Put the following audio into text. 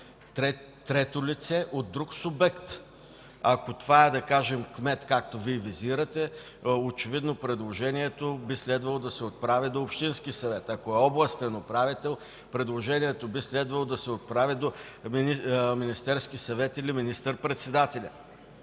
трето лице, от друг субект. Ако това е, да кажем, кмет, както Вие визирате, очевидно предложението би следвало да се отправи до общинския съвет. Ако е областен управител, предложението би следвало да се отправи до Министерския съвет или министър-председателя.